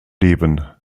leben